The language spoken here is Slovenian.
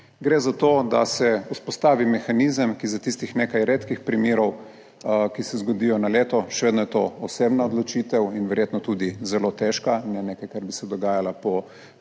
Gre za to, da se vzpostavi mehanizem, ki za tistih nekaj redkih primerov, ki se zgodijo na leto, še vedno je to osebna odločitev in verjetno tudi zelo težka, ne nekaj, kar bi se dogajalo po